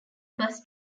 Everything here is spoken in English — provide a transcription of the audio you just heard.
bus